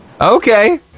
Okay